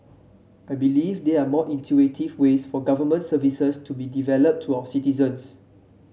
I believe there are more intuitive ways for government services to be delivered to our citizens